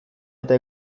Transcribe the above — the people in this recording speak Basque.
eta